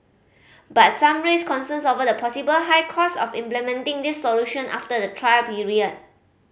but some raised concerns over the possible high cost of implementing these solution after the trial period